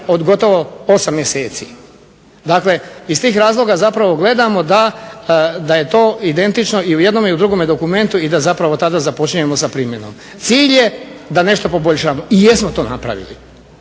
od gotovo 8 mjeseci. Dakle, iz tih razloga gledamo da je to identično u jednom i drugom dokumentu i da tada započinjemo sa primjenom. Cilj je da nešto poboljšamo i jesmo to napravili.